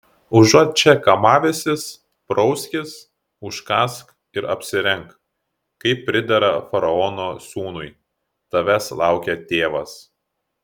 užuot čia kamavęsis prauskis užkąsk ir apsirenk kaip pridera faraono sūnui tavęs laukia tėvas